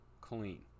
clean